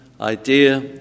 idea